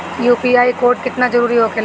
UPI code केतना जरुरी होखेला?